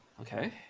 Okay